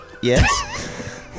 Yes